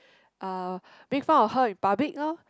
uh make fun of her in public lor